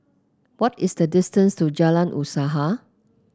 what is the distance to Jalan Usaha